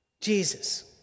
Jesus